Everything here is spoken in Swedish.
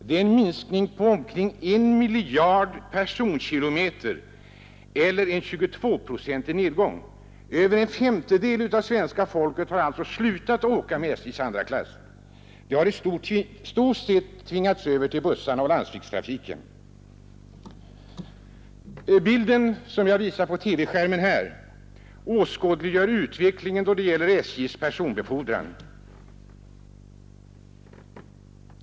Det är en minskning med omkring 1 miljard personkilometer eller en 22-procentig nedgång. Över en femtedel av svenska folket har alltså slutat åka med SJ:s andra klass. De har i stort sett tvingats över till bussarna och landsvägstrafiken. Bilden som jag visar på TV-skärmen åskådliggör utveckligen av SJ:s personbefordran.